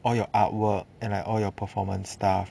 all your artwork and all your performance stuff